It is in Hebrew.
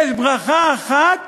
יש ברכה אחת